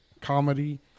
comedy